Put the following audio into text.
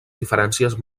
diferències